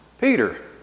Peter